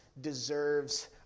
deserves